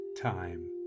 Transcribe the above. time